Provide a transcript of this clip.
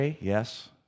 yes